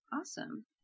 Awesome